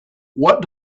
what